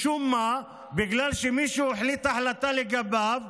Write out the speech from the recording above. משום מה, בגלל שמישהו החליט החלטה לגביהם,